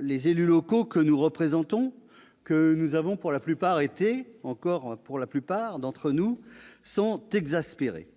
les élus locaux que nous représentons, et que nous avons été- où sommes encore -pour la plupart d'entre nous, sont exaspérés